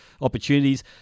opportunities